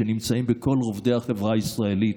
והם נמצאים בכל רובדי החברה הישראלית.